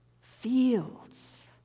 fields